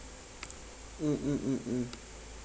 mm mm mm mm